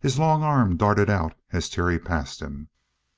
his long arm darted out as terry passed him